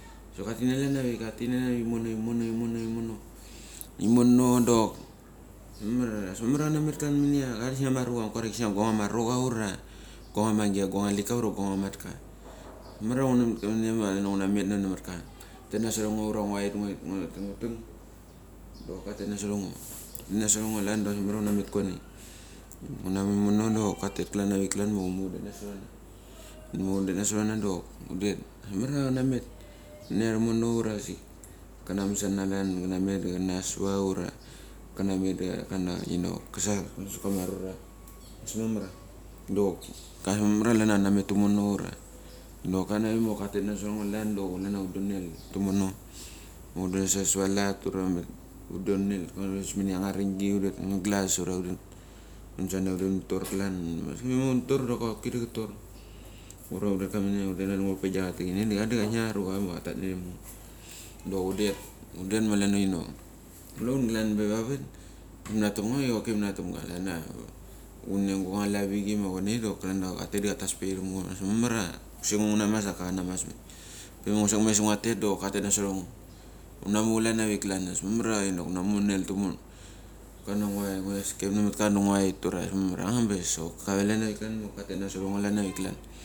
so ka tikina chala avik, katikina chalan avik, katikina chalan avik imono, imono, imono, imono dok ambas mamar. ambas mamar ia kamamet klan mania, da ka kisnia ama arucha ngu kuaria kisnia gongama rocha ura gangama agia gongama alika ura gongama matka. Mamar nguna met namat ka katet nasorango ura nguaret ngu tak dok katat nasorango. Nasorango klanda abas mamar ia nguname kua nai, hunamu imono dok katet klan avik klan ma unmo hundet nasra na. Hunmo hundet nasorana dok hundet. Ambas mamar ia kanamet nania romona ura asik kanamasana chalan, kanamet da kana sava ura kana met kana kinok ka saikses secha arura. Ambas mamar dok ka da abas mamar klania kanamet tumono ura inok klan avik kokatet masorango chalan dok klan hundonel tumo. Ma hundonel sevahat ura hundonel ma angama aringi hundet glas ura hunsana huntet huni tor klan. Maski pe ngu tor, kivia koki da kator ura hundet klanminia hundet vandi ngurat pama adia techini da ka kisnia arucha ma katat naram ngo. Dok hundet, hundet makania inak kule hun klan pe va vat da manatam ngo, ka choki da manatamgo. Klania ngu vaneng angama lavichi ma kuonai dok klania katet da katas pe irem ngo. Ambas mamar ia kusek ngo ngunamas da ka kuseka kanamas. Pe ma ngu sekmes da ngua tet dok katat nasorango, unamu klan avik klan da ambas mamar nguna monel tumono. Klan ngu eskeip namatka diva nguaret ura angabas dok kave lanavik ma kokatet nasorango klan avik klan.